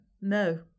No